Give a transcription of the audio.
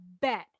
bet